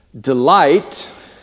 Delight